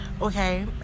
Okay